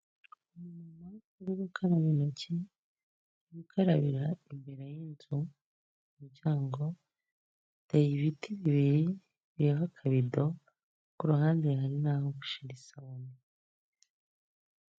Nyuma yo gukaraba intoki, gukarabira imbere y'inzu k’umuryango hateye ibiti bibiri biriho akabido kuruhande hari aho gushira isabune.